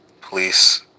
police